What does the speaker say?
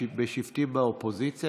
בשבתי באופוזיציה,